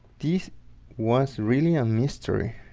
this was really a mystery